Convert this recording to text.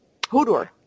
Hodor